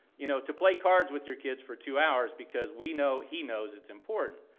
you know, to play cards with your kids for two hours because we know he knows it's important.